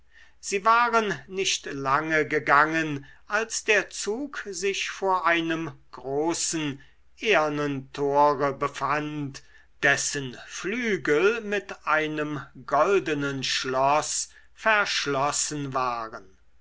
sie waren nicht lange gegangen als der zug sich vor einem großen ehernen tore befand dessen flügel mit einem goldenen schloß verschlossen waren